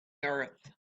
earth